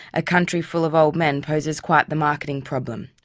a country full of old men poses quite the marketing problem,